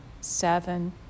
seven